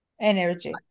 energy